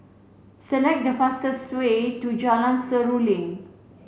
select the fastest way to Jalan Seruling